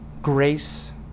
grace